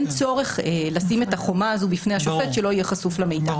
אין צורך לשים את החומה הזו בפני השופט שלא יהיה חשוף למידע.